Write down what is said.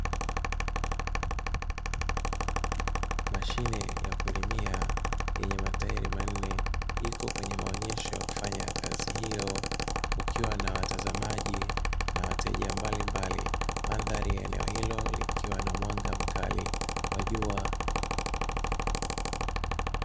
Mashine ya kulimia yenye matairi manne iko kwenye maonyesho ya kufanya kazi hiyo kukiwa na watazamaji na wateja mbalimbali mandhari ya eneo hilo likiwa na mwanga mkali wa jua.